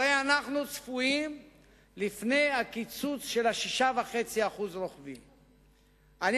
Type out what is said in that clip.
הרי אנחנו צפויים לקיצוץ הרוחבי של 6.5%. אני